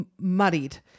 muddied